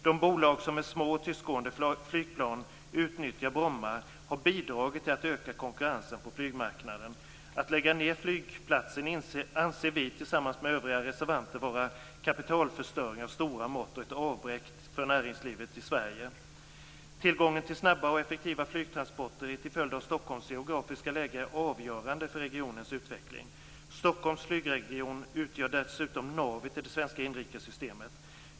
De bolag som med små, tystgående flygplan utnyttjar Bromma har bidragit till att öka konkurrensen på flygmarknaden. Att lägga ned flygplatsen anser vi tillsammans med övriga reservanter vara kapitalförstöring av stora mått och ett avbräck för näringslivet i Sverige. Tillgången till snabba och effektiva flygtransporter är till följd av Stockholms geografiska läge avgörande för regionens utveckling. Stockholms flygregion utgör dessutom navet i det svenska inrikessystemet.